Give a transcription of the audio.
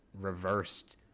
reversed